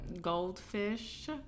goldfish